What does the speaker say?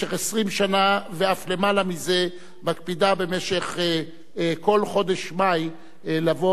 שבמשך 20 שנה ואף למעלה מזה מקפידה בכל חודש מאי לבוא